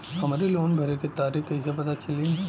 हमरे लोन भरे के तारीख कईसे पता चली?